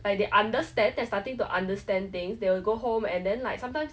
like they understand they're starting to understand things they will go home and then like sometimes